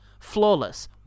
Flawless